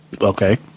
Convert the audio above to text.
Okay